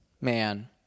man